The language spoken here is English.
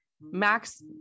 Max